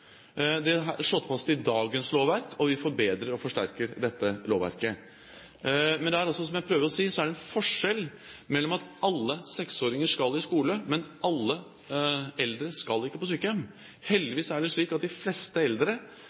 Det er slått fast i dagens lovverk, og vi forbedrer og forsterker dette lovverket. Men det er altså, som jeg prøver å si, en forskjell her: Alle 6-åringer skal i skole, men alle eldre skal ikke på sykehjem. Heldigvis er det slik at de fleste eldre